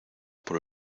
por